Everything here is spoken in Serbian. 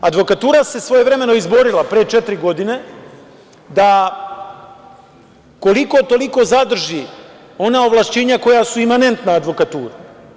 Advokatura se svojevremeno izborila pre četiri godine da koliko-toliko zadrži ona ovlašćenja koja su imanentna advokaturi.